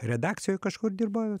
redakcijoj kažkur dirbo